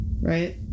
right